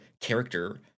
character